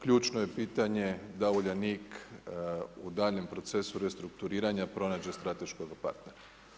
Ključno je pitanje da u Uljanik u daljnjem procesu restrukturiranja pronađe strateškoga partnera.